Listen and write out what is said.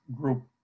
group